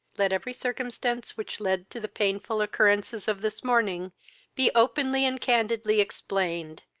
let every circumstance which led to the painful occurrences of this morning be openly and candidly explained,